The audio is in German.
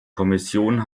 kommission